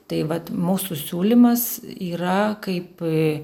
tai vat mūsų siūlymas yra kaip